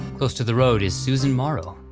close to the road is susan morrow,